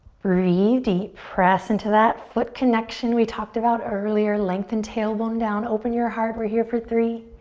breathe deep. press into that foot connection we talked about earlier. lengthen tailbone down. open your heart. we're here for three,